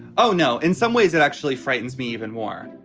oh, no. in some ways, it actually frightens me even more